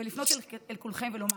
ולפנות אל כולכם ולומר,